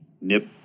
nip –